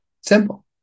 Simple